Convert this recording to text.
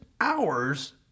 hours